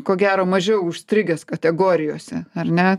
ko gero mažiau užstrigęs kategorijose ar ne